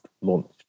launched